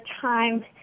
time